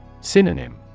Synonym